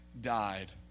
died